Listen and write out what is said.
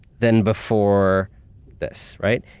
than before this, right?